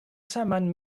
saman